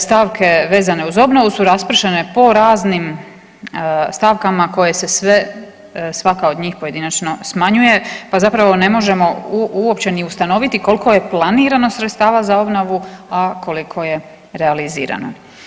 Stavke vezane uz obnovu su raspršene po raznim stavkama koje se sve svaka od njih pojedinačno smanjuje pa zapravo ne možemo uopće ni ustanoviti koliko je planirano sredstava za obnovu, a koliko je realizirano.